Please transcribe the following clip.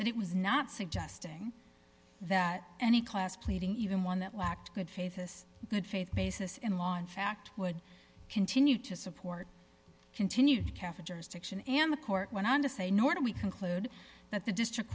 that it was not suggesting that any class pleading even one that lacked good faith has good faith basis in law in fact would continue to support continued catheters to action and the court went on to say nor do we conclude that the district